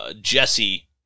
Jesse